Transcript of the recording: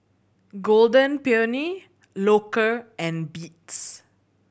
Golden Peony Loacker and Beats